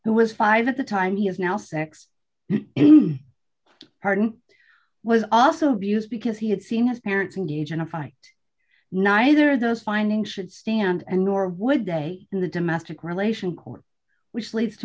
who was five at the time he is now six parton was also views because he had seen his parents and huge in a fight neither those findings should stand and nor would day in the domestic relations court which leads to